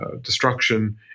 destruction